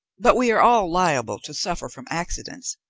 but we are all liable to suffer from accidents,